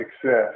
success